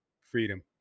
Freedom